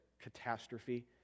catastrophe